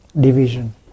Division